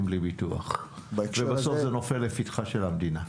בלי ביטוח ובסוף זה נופל לפתחה של המדינה.